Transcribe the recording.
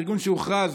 ארגון שהוכרז